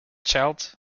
child